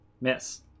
Miss